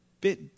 bit